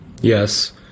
Yes